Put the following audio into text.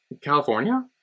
California